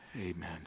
amen